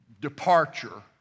departure